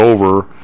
over